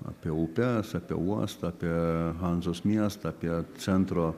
apie upes apie uostą apie hanzos miestą apie centro